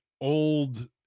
old